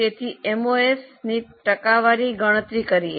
તેથી એમઓએસ ની ટકાવારી ગણતરી કરીયે